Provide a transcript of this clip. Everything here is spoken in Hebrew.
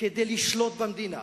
כדי לשלוט במדינה